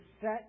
set